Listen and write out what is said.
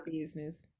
business